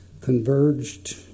converged